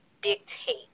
dictate